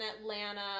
atlanta